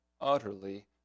utterly